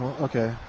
okay